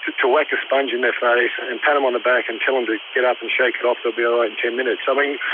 to to whack a sponge in their face and pat them on the back and tell them to get up and shake it off, they'll be all right in ten minutes. i mean,